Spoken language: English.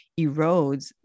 erodes